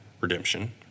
Redemption